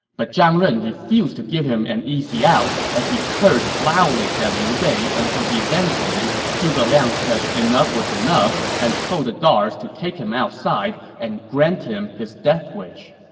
but zhang ren refused to give him an easy out, as he cursed loudly at liu bei until eventually, zhuge liang said enough was enough and told the guards to take him outside and grant him his death wish.